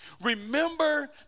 Remember